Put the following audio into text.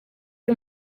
iyo